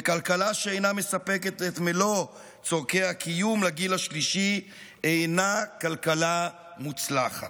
וכלכלה שאינה מספקת את מלוא צורכי הקיום לגיל השלישי אינה כלכלה מוצלחת.